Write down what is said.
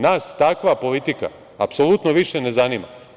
Nas takva politika apsolutno više ne zanima.